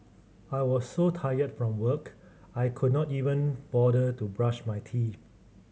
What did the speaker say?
I was so tired from work I could not even bother to brush my teeth